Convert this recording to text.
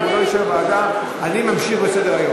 אם הוא לא אישר ועדה, אני ממשיך בסדר-היום.